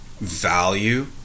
value